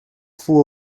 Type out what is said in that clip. full